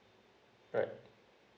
alright